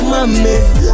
Mama